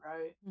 right